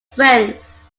friends